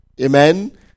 Amen